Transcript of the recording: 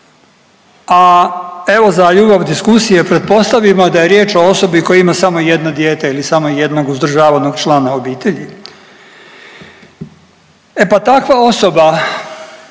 a evo za ljubav diskusije pretpostavimo da je riječ o osobi koja ima samo jedno dijete ili samo jednog uzdržavanog člana obitelji. E pa takva osoba